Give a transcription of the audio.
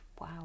Wow